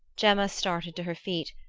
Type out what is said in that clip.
gemma started to her feet,